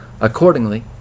Accordingly